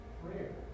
prayer